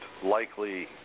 Likely